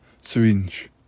syringe